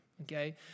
okay